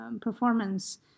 performance